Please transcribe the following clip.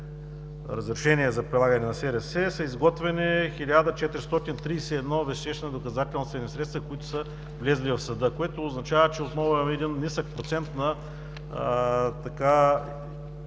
разрешения за прилагане на СРС са изготвени 1431 веществени доказателствени средства, които са влезли в съда, което означава, че отново имаме нисък процент на